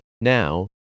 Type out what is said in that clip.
now